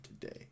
today